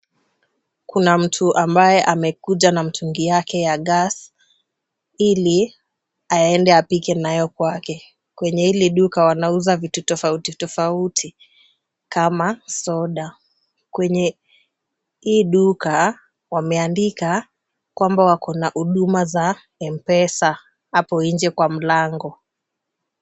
Kuna mtu ambaye amekuja na mtungi yake ya gas ili aende apike nayo kwake. Kwenye hili duka wanauza vitu tofauti tofauti kama soda. Kwenye hii duka, wameandika kwamba wako na huduma za m-pesa hapo nje kwa mlango.